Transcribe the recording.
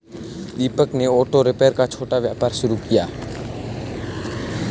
दीपक ने auto repair का छोटा व्यापार शुरू किया